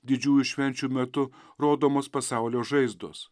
didžiųjų švenčių metu rodomos pasaulio žaizdos